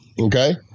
okay